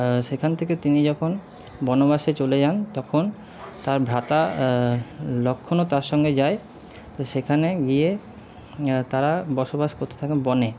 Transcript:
সেখান থেকে তিনি যখন বনবাসে চলে যান তখন তাঁর ভ্রাতা লক্ষ্মণও তাঁর সঙ্গে যায় তো সেখানে গিয়ে তাঁরা বসবাস করতে থাকেন বনে